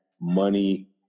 money